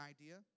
idea